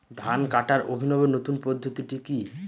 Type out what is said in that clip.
ধান কাটার অভিনব নতুন পদ্ধতিটি কি?